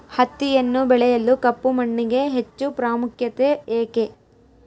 ಹತ್ತಿಯನ್ನು ಬೆಳೆಯಲು ಕಪ್ಪು ಮಣ್ಣಿಗೆ ಹೆಚ್ಚು ಪ್ರಾಮುಖ್ಯತೆ ಏಕೆ?